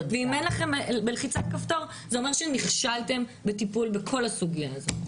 ואם אין לכם בלחיצת כפתור זה אומר שנכשלתם בטיפול בכל הסוגיה הזו.